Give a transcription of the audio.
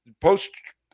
post